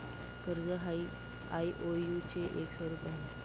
कर्ज हा आई.ओ.यु चे एक स्वरूप आहे